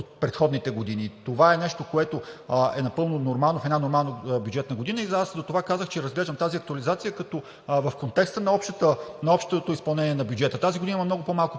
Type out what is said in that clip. предходните години. Това е нещо, което е напълно нормално в една нормална бюджетна година. Затова казах, че разглеждам тази актуализация в контекста на общото изпълнение на бюджета. Тази година има много по-малко